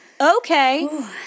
okay